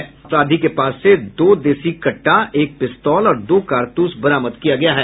गिरफ्तार अपराधी के पास से दो देशी कट्टा एक पिस्तौल और दो कारतूस बरामद किया गया है